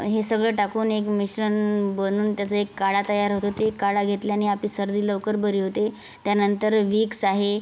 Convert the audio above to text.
हे सगळं टाकून एक मिश्रण बनवून त्याचा एक काढा तयार होतो ते काढा घेतल्याने आपली सर्दी लवकर बरी होते त्यानंतर व्हिक्स आहे